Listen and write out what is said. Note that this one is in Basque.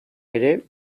ere